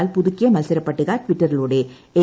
എന്നാൽ പുതുക്കിയ മൽസര പട്ടിക ട്ടിറ്ററ്റിലൂടെ ഐ